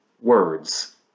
words